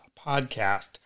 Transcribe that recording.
podcast